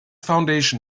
foundation